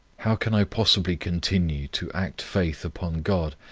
how can i possibly continue to act faith upon god,